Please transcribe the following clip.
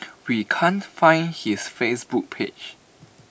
we can't find his Facebook page